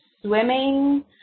swimming